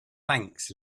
thanks